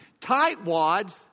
Tightwads